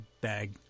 bag